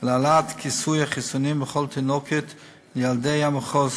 ולהעלאת כיסוי החיסונים לכל תינוקות וילדי המחוז,